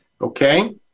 Okay